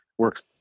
Works